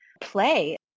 play